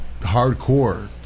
hardcore